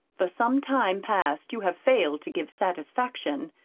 for some time past you have failed to give satisfaction.